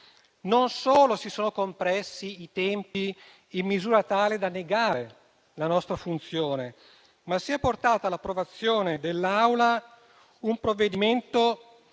Non solo si sono compressi i tempi in misura tale da negare la nostra funzione, ma si è portato all'approvazione dell'Assemblea un provvedimento